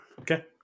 Okay